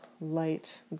light